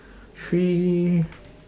three